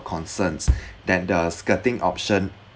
concerns that the skirting option